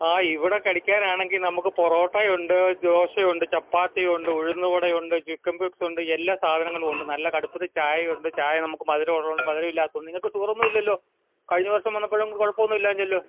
ആ ഇവിടെ കഴിക്കാനാണെങ്കിൽ നമുക്ക് പൊറോട്ടയുണ്ട് ദോശയുണ്ട് ചപ്പാത്തിയുണ്ട് ഉഴുന്ന് വടയുണ്ട് ചിക്കൻ പഫ്സുണ്ട് എല്ലാ സാധനങ്ങളുമുണ്ട് നല്ല കടുപ്പത്തിൽ ചായയുണ്ട് ചായ നമുക്ക് മധുരം ഉള്ളതു കൊണ്ട് മധുരം ഇല്ലാത്തതും നിങ്ങൾക്ക് ഷുഗറൊന്നും ഇല്ലല്ലോ കഴിഞ്ഞ വർഷം വന്നപ്പോഴും കുഴപ്പമൊന്നും ഇല്ലാഞ്ഞല്ലോ